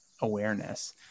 awareness